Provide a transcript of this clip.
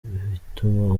bituma